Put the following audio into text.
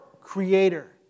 creator